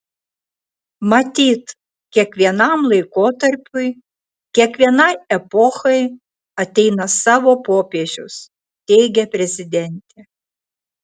matyt kiekvienam laikotarpiui kiekvienai epochai ateina savo popiežius teigė prezidentė